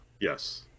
Yes